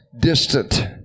distant